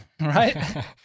Right